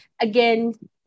again